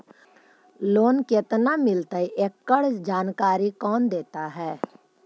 Loan केत्ना मिलतई एकड़ जानकारी कौन देता है?